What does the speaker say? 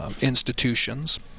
institutions